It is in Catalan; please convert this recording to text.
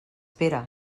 pere